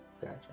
gotcha